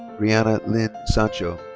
raianne lynn sancho.